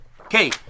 okay